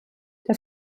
der